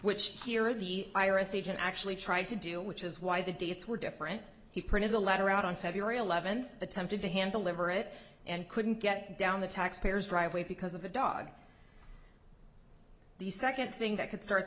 which here are the i r s agent actually tried to do which is why the dates were different he printed the letter out on feb eleventh attempted to handle liver it and couldn't get down the taxpayer's driveway because of a dog the second thing that could start